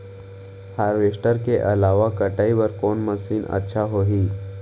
Harvester के अलावा कटाई बर कोन मशीन अच्छा होही?